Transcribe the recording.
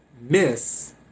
miss